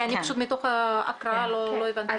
כי אני פשוט מתוך ההקראה לא הבנתי.